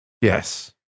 Yes